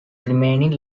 remaining